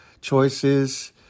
choices